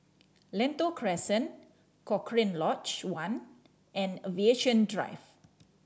Lentor Crescent Cochrane Lodge One and Aviation Drive